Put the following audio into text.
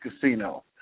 Casino